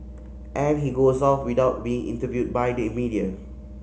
and he goes off without being interviewed by the media